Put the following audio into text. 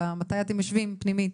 מתי אתם יושבים פנימית,